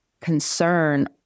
concern